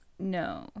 No